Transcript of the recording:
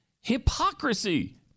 hypocrisy